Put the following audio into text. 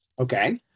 Okay